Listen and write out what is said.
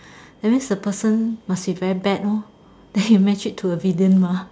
that means the person must be very bad hor that you match it to a villain mah